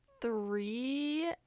three